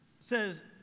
says